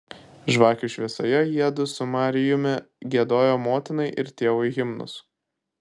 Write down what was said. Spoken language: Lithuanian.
žvakių šviesoje jiedu su marijumi giedojo motinai ir tėvui himnus